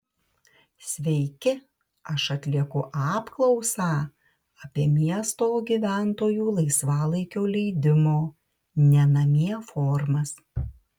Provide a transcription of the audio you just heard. sveiki aš atlieku apklausą apie miesto gyventojų laisvalaikio leidimo ne namie formas